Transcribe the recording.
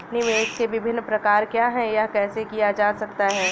निवेश के विभिन्न प्रकार क्या हैं यह कैसे किया जा सकता है?